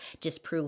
disprove